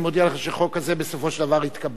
ואני מודיע לך שהחוק הזה בסופו של דבר יתקבל.